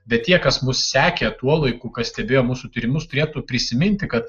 bet tie kas mus sekė tuo laiku kas stebėjo mūsų tyrimus turėtų prisiminti kad